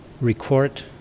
record